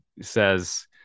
says